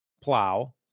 plow